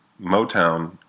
Motown